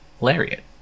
lariat